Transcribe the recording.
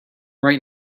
right